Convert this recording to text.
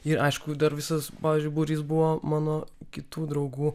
ir aišku dar visas pavyzdžiui būrys buvo mano kitų draugų